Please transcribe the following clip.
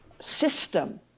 system